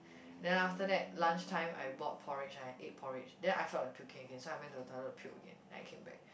then after that lunchtime I bought porridge and I ate porridge then I felt like puking again so I went to the toilet to puke then I came back